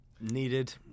Needed